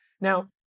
Now